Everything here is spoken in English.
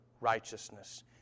righteousness